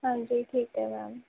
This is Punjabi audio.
ਹਾਂਜੀ ਠੀਕ ਹੈ ਮੈਮ